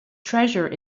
treasure